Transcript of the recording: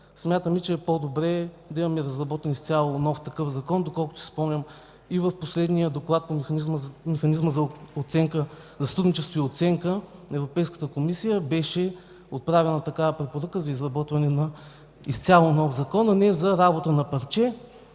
Смятаме, че е по-добре да има разработен изцяло нов закон, защото, доколкото си спомням, и в последния доклад по механизма за сътрудничество и оценка на Европейската комисия беше отправена такава препоръка за изработване на изцяло нов закон, а не за работа на парче.